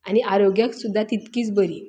आनी आरोग्याक सुद्दां तितकीच बरी